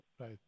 Right